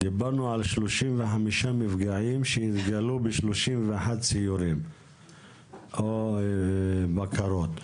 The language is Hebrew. דיברנו על 35 מפגעים שהתגלו ב-31 סיורים או בקרות.